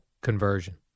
conversion